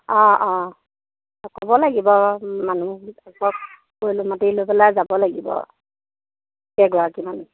অ অ ক'ব লাগিব মানুহবিলাকক মাতি লৈ পেলাই যাব লাগিব কেইগৰাকীমান